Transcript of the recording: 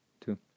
two